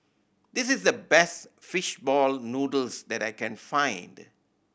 this is the best fish ball noodles that I can find